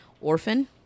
orphan